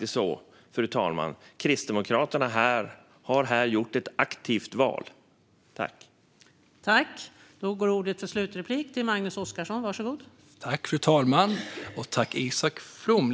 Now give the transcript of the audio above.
Kristdemokraterna har här gjort ett aktivt val, fru talman.